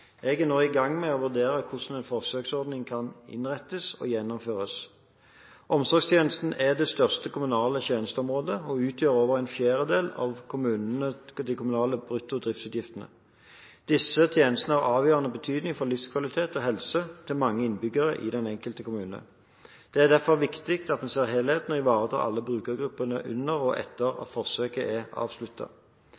Jeg er nå i gang med å vurdere hvordan en forsøksordning kan innrettes og gjennomføres. Omsorgstjenesten er det største kommunale tjenesteområdet og utgjør over en fjerdedel av de kommunale brutto driftsutgiftene. Disse tjenestene er av avgjørende betydning for livskvaliteten og helsen til mange innbyggere i den enkelte kommune. Det er derfor viktig at vi ser helheten og ivaretar alle brukergruppene under forsøket og etter